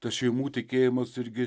tas šeimų tikėjimas irgi